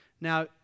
Now